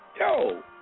Yo